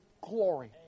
glory